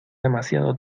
demasiado